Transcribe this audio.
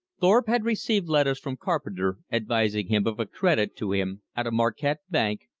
thorpe had received letters from carpenter advising him of a credit to him at a marquette bank,